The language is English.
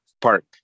park